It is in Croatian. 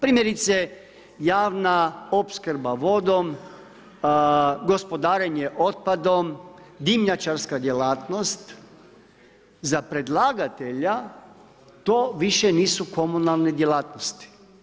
Primjerice, javna opskrbe vodom, gospodarenje otpadom, dimnjačarska djelatnost za predlagatelja to više nisu komunalne djelatnosti.